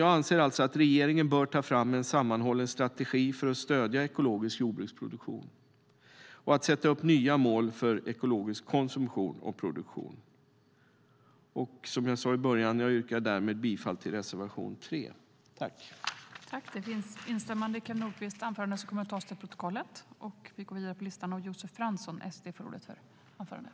Jag anser att regeringen bör ta fram en sammanhållen strategi för att stödja ekologisk jordbruksproduktion och sätta upp nya mål för ekologisk konsumtion och produktion. Som jag inledningsvis sagt yrkar jag bifall till reservation 3. I detta anförande instämde Tina Ehn .